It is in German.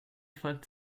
folgt